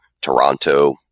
Toronto